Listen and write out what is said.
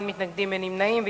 אין מתנגדים ואין נמנעים.